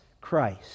Christ